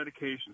medications